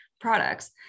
products